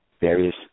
various